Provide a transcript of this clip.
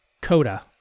Coda